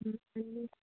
आनी